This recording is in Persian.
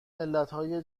ملتهای